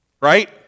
right